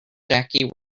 jackie